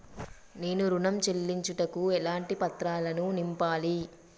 నేను ఋణం చెల్లించుటకు ఎలాంటి పత్రాలను నింపాలి?